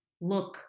look